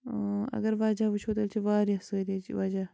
اگر وَجہ وٕچھو تیٚلہِ چھِ واریاہ سٲریِچ وَجہ